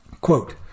Quote